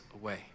away